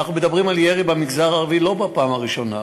ואנחנו מדברים על ירי במגזר הערבי לא בפעם הראשונה,